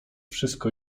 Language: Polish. wszystko